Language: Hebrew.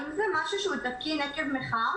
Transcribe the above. האם זה דבר תקין כפעולה עקב מחאה?